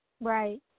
Right